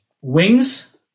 Wings